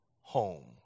home